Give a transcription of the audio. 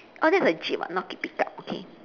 orh that's a jeep ah not pick pick up okay